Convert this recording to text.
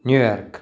New York